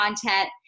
content